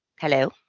Hello